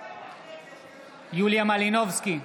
יוליה מלינובסקי,